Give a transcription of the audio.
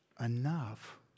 enough